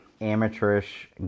amateurish